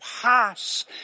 pass